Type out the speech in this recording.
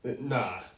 nah